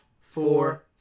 four